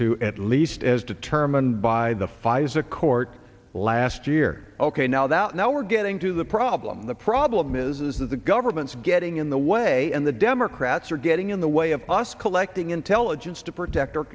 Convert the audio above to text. to at least as determined by the pfizer court last year ok now that now we're getting to the problem the problem is is that the government's getting in the way and the democrats are getting in the way of us collecting intelligence to protect